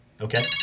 Okay